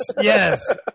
yes